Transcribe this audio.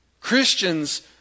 Christians